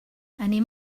anem